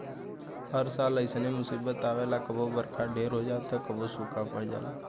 हर साल ऐइसने मुसीबत आवेला कबो बरखा ढेर हो जाला त कबो सूखा पड़ जाला